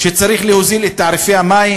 ושלא צריך להוזיל את המים.